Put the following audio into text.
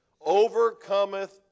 overcometh